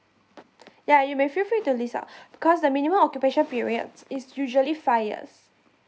yeah you may feel free to lease out cause the minimum occupation periods is usually five years